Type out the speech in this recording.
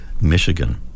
Michigan